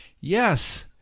Yes